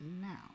now